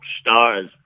stars